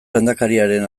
lehendakariaren